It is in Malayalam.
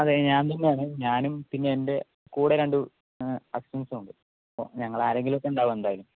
അതെ ഞാൻ തന്നെയാണ് ഞാനും പിന്നെ എൻ്റെ കൂടെ രണ്ട് അസിസ്റ്റൻസും ഉണ്ട് ഞങ്ങൾ ആരെങ്കിലുമൊക്കെ ഉണ്ടാകും എന്തായാലും